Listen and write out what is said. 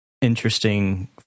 interesting